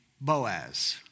Boaz